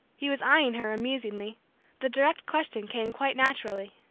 he was eyeing her amusingly the direct question came quite naturally.